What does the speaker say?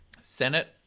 Senate